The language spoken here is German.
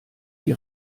die